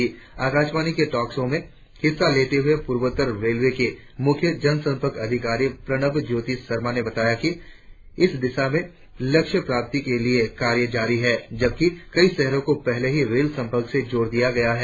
आज रात आकाशवाणी के टॉक शो में हिस्सा लेते हुए पूर्वोत्तर रेलवे के मुख्य जनसम्पर्क अधिकारी प्रणव ज्योति शर्मा ने बताया कि इस दिशा में लक्ष्य प्राप्ति के लिए कार्य जारी है जबकि कई शहरो को पहले ही रेल सम्पर्क से जोड़ दिया गया है